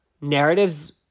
narratives